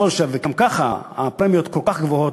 גם ככה הפרמיות כל כך גבוהות,